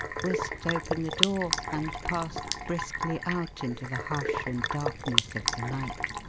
whisked open the door and passed briskly out into the hush and darkness of the night.